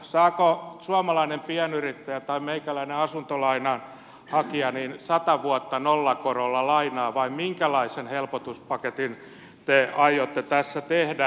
saako suomalainen pienyrittäjä tai meikäläinen asuntolainan hakija sata vuotta nollakorolla lainaa vai minkälaisen helpotuspaketin te aiotte tässä tehdä